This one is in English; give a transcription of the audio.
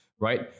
right